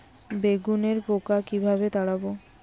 বেগুনের পোকা কিভাবে তাড়াব?